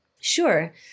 Sure